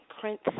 Prince